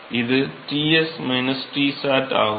இது Ts Tsat ஆகும்